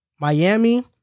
Miami